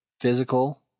Physical